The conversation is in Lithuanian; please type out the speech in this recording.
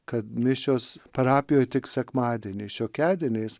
kad mišios parapijoje tik sekmadienį šiokiadieniais